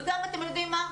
אתם יודעים מה?